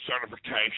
certification